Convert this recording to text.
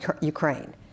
Ukraine